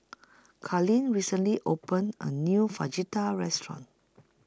Kaitlin recently opened A New Fajitas Restaurant